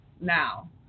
now